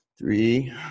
Three